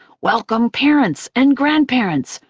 welcome, parents and grandparents,